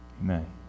Amen